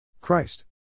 Christ